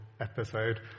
episode